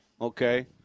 Okay